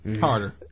Harder